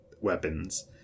weapons